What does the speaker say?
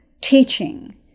teaching